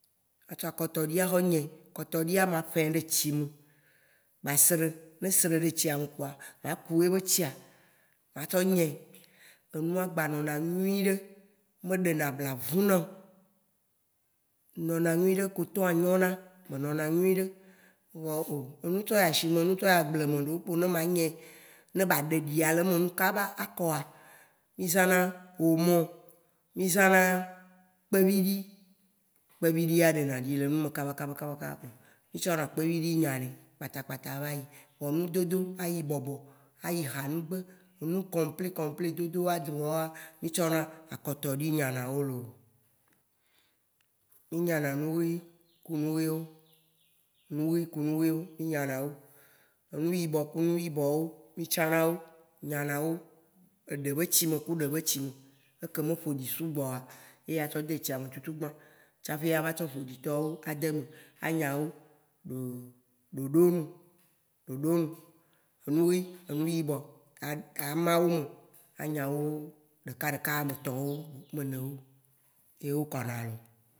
ma tsɔ akɔtɔɖi a tsɔ nyĩ. kɔtɔɖia, ma ƒɛ ɖe tsi me; ba sré. Ne e sré ɖe tsiame kpoa, ma ku ene tsia ma tsɔ nyĩ. Énua gba nɔna nyuiɖe. Me ɖéna bla vunao. Nɔna nyuiɖe, kotõa nyona bé nɔna nyuiɖe. Vɔ o, énu tsɔ yi ashimè, énu tsɔ yi agblé ɖewo ko ne ma nyĩ né ba ɖé ɖia leme num kaba, a kɔa, mi zãna omo, mi zãna kpeviɖi. Kpeviɖi ya, ɖéna ɖi le numɛ kabakabakaba. Mi tsɔna kpeviɖi nyanè kpata kpata a va yi. Vɔ nudodo ayi bɔbɔ, a yi ha ŋugbe, enu kɔmplé kɔmplé dodo a dro woa, mi tsɔna akɔtɔ ɖi nyana wò loo. Mi nyana nu hí ku nu híwo. Énu hí ku nu híwo, mí nyanawo. Énu yibɔ ku énu yibɔwo, mi tsanawo nyanawo. Eɖe bé tsimɛ ku eɖe bé tsimɛ. Eke me ƒoɖi sugbɔ oa, yé a tsɔ dé tsiame tsutsugbã tsaĎ a tsɔ ƒoɖitɔwó a démè. A nya wo ɖo ɖoɖonu, ɖoɖonu. Enu hí, énu yibɔ a a ma wome, a nya wo ɖeka ɖeka, ame tɔ̃woo ame enewo, ye wo kɔna loo.